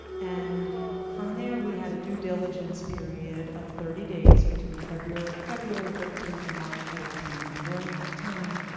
and from there, we had a due diligence period of thirty days between february february thirteen and march fourteen. and during that time,